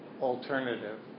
alternative